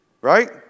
Right